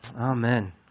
Amen